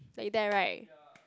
like there right